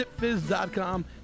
zipfizz.com